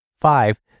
Five